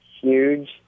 huge